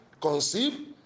conceive